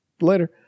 later